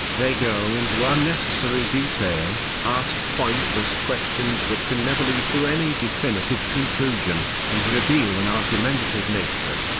they go into unnecessary detail, ask pointless questions that can never lead to any definitive conclusion, and reveal an argumentative nature.